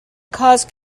caused